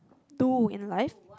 do in life